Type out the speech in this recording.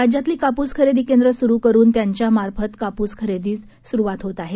राज्यातली कापूस खरेदी केंद्रं सुरु करून त्यांच्यामार्फत कापूस खरेदीस सुरुवात होत आहे